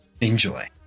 Enjoy